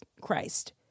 Christ